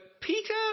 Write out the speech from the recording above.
Peter